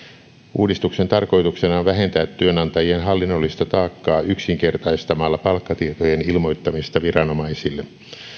uudistuksen tarkoituksena on vähentää työnantajien hallinnollista taakkaa yksinkertaistamalla palkkatietojen ilmoittamista viranomaisille